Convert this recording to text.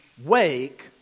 wake